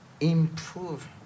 improve